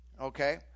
okay